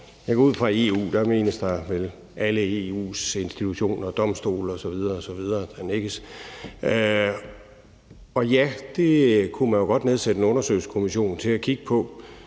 Jeg går ud fra, at der med EU menes alle EU's institutioner, domstole osv. osv. – der nikkes – og ja, det kunne man jo godt nedsætte en undersøgelseskommission til at kigge på.